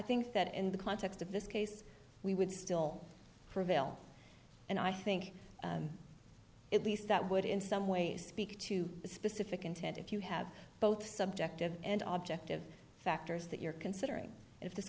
think that in the context of this case we would still prevail and i think at least that would in some way speak to the specific intent if you have both subjective and object of factors that you're considering if this